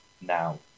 now